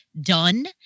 done